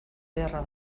beharra